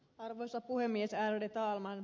arvoisa puhemies ärade talman